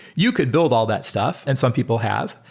you could build all that stuff, and some people have.